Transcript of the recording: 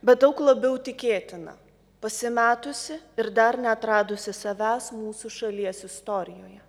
bet daug labiau tikėtina pasimetusi ir dar neatradusi savęs mūsų šalies istorijoje